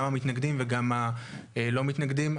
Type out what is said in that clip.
גם המתנגדים וגם את הלא מתנגדים.